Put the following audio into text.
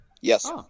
Yes